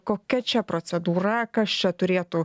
kokia čia procedūra kas čia turėtų